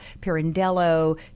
Pirandello